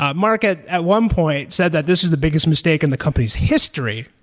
ah market at one point said that this was the biggest mistake in the company's history.